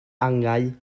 angau